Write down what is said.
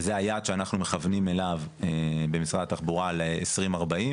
וזה היעד שאנחנו מכוונים אליו במשרד התחבורה ל-2040,